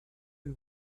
you